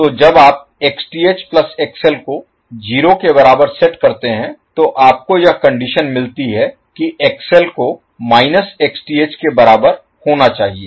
तो जब आप Xth प्लस XL को 0 के बराबर सेट करते हैं तो आपको यह कंडीशन मिलती है कि XL को माइनस Xth के बराबर होना चाहिए